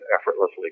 effortlessly